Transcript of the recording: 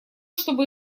чтобы